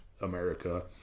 America